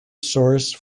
source